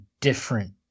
different